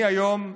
אני היום אבא,